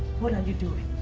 what are you doing?